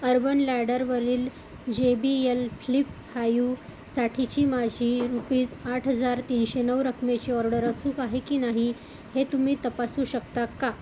urban लॅडरवरील J B L flip फायूसाठीची माझी रुपीज आठ हजार तीनशे नऊ रकमेची ऑर्डर अचूक आहे की नाही हे तुम्ही तपासू शकता का